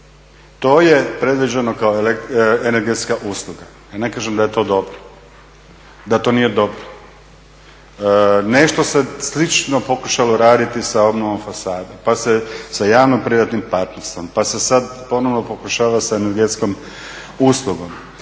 To je predviđeno kao energetska usluga, ja ne kažem da to nije dobro. Nešto se slično pokušalo raditi sa obnovom fasada pa sa javno privatnim partnerstvom pa se sada ponovo pokušava sa energetskom uslugom.